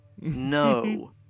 No